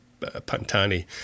Pantani